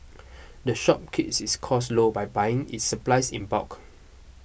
the shop keeps its costs low by buying its supplies in bulk